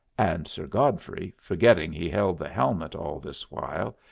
and sir godfrey, forgetting he held the helmet all this while,